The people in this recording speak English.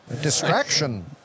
Distraction